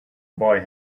boy